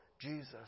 Jesus